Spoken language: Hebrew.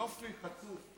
יופי, חצוף.